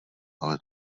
ale